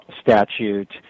statute